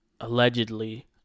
allegedly